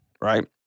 right